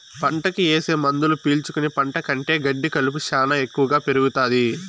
పంటకి ఏసే మందులు పీల్చుకుని పంట కంటే గెడ్డి కలుపు శ్యానా ఎక్కువగా పెరుగుతాది